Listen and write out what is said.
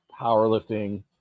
powerlifting